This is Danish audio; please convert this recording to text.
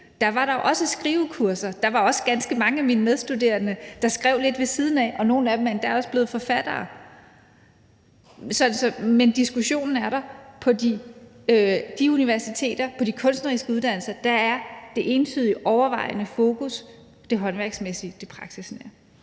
Der var der også skrivekurser, og der var også ganske mange af mine medstuderende, der skrev lidt ved siden af, og nogle af dem er endda også blevet forfattere. Men diskussionen er der. På de kunstneriske uddannelser er det entydigt overvejende fokus det håndværksmæssige, det praksisnære.